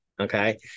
Okay